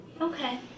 Okay